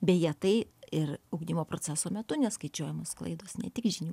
beje tai ir ugdymo proceso metu neskaičiuojamos klaidos ne tik žinių